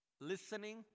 listening